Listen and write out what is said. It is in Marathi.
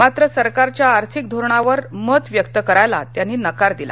मात्र सरकारच्या आर्थिक धोरणांवर मत व्यक्त करायला त्यांनी नकार दिला